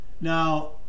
Now